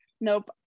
nope